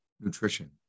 nutrition